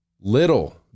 little